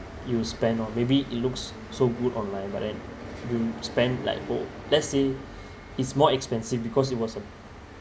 you spend or maybe it looks so good online but then you spend like oh let's say it's more expensive because it was a